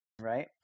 right